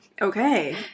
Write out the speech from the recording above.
Okay